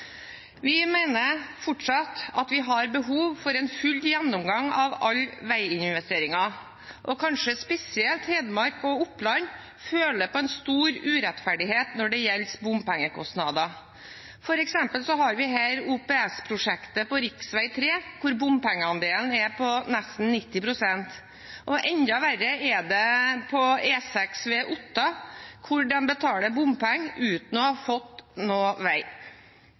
Vi mener fortsatt at vi har behov for en full gjennomgang av alle veiinvesteringer. Kanskje føler spesielt Hedmark og Oppland på en stor urettferdighet når det gjelder bompengekostnader. For eksempel har vi her OPS-prosjektet på rv. 3, der bompengeandelen er på nesten 90 pst. Enda verre er det på E6 ved Otta, der de betaler bompenger uten å ha fått noen vei.